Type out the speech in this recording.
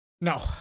no